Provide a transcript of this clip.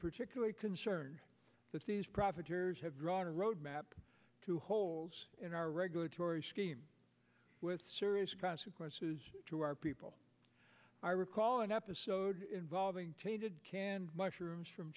particularly concerned that these profiteers have drawn a roadmap to holes in our regulatory scheme with serious consequences to our people i recall an episode involving tainted canned mushrooms from